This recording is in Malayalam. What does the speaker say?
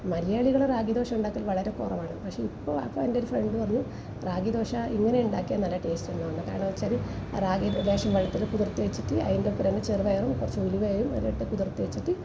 മലയാളികള് റാഗി ദോശ ഉണ്ടാക്കല് വളരെ കുറവാണ് പക്ഷേ ഇപ്പോൾ എൻ്റെ ഒരു ഫ്രണ്ട് പറഞ്ഞു റാഗി ദോശ ഇങ്ങനെ ഉണ്ടാക്കിയാൽ നല്ല ടേസ്റ്റ് ഉണ്ടാവുമെന്ന് കാരണമെന്ന് വെച്ചാല് റാഗിയുടെ ലേശം വെള്ളത്തില് കുതിർത്ത് വെച്ചിട്ട് അതിന്റെ ഒപ്പം ചെറുപയറും കുറച്ച് ഉലുവയും ഇട്ട് കുതിർത്ത് വെച്ചിട്ട്